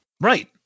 Right